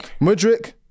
Mudrick